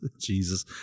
Jesus